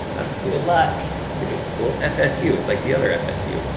that's cool. good luck. that's a good school, fsu, it's like the other fsu.